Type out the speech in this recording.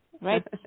right